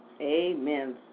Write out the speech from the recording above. Amen